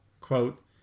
Quote